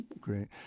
Great